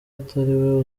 atariwe